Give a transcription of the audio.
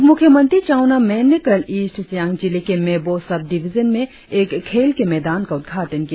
उप मुख्यमंत्री चाउना मेन ने कल ईस्ट सियांग जिले के मेबो सब डिविजन में एक खेल के मैदान का उद्घाटन किया